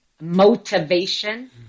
motivation